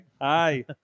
Hi